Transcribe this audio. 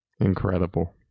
Incredible